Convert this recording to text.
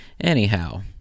Anyhow